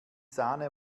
sahne